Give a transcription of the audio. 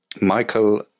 Michael